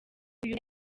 uyu